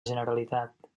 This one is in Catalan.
generalitat